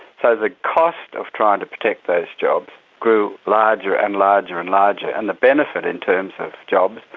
so the cost of trying to protect those jobs grew larger and larger and larger, and the benefit in terms of jobs,